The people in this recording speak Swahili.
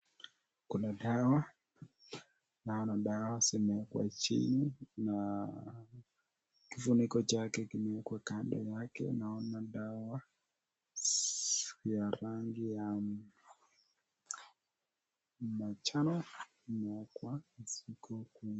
Kuna dawa, naona dawa zimewekwa chini na kifuniko chake kimewekwa kando yake. Naona dawa ya rangi ya manjano zimewekwa zikuwe kubwa.